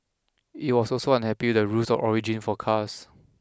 it was also unhappy the rules of origin for cars